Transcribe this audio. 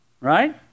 right